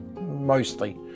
mostly